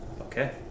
Okay